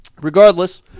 Regardless